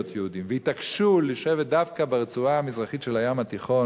יהודים ויתעקשו לשבת דווקא ברצועה המזרחית של הים התיכון,